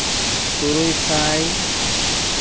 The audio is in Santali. ᱛᱩᱨᱩᱭ ᱥᱟᱭ